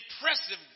impressive